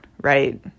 right